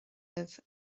libh